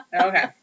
Okay